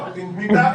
לא, תני תאריך.